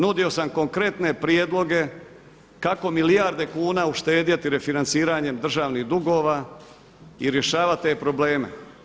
Nudio sam konkretne prijedloge kako milijarde kuna uštedjeti refinanciranjem državnih dugova i rješavati te probleme.